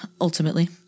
ultimately